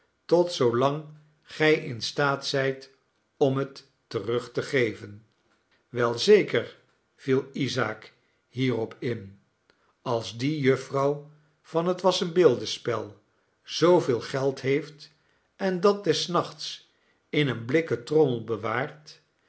tot zoolang gij in staat zijt om het terug te geven wel zeker viel isaak hierop in als die jufvrouw van het wassenbeeldenspel zooveel geld heeft en dat des nachts in een blikken trommel bewaart